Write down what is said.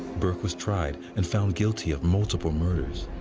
burke was tried and found guilty of multiple murders.